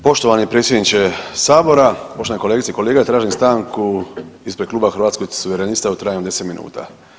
Poštovani predsjedniče sabora, poštovane kolegice i kolege tražim stanku ispred Kluba Hrvatskih suverenista u trajanju 10 minuta.